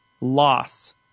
loss